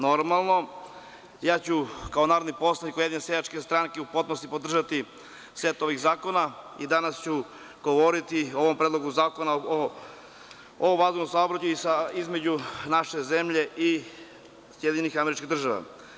Normalno, ja ću kao narodni poslanik Ujedinjene seljačke stranke u potpunosti podržati set ovih zakona i danas ću govoriti o ovom Predlogu zakona o vazdušnom saobraćaju između naše zemlje i SAD.